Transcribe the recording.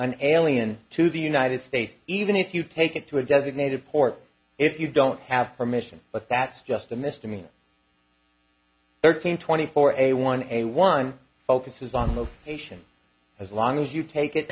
an alien to the united states even if you take it to a designated port if you don't have permission but that's just a misdemeanor thirteen twenty four a one a one focuses on the nation as long as you take it